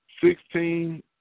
sixteen